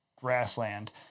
grassland